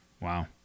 Wow